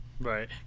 Right